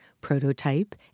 prototype